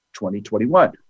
2021